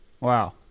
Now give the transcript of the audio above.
Wow